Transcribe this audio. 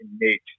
innate